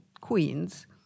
queens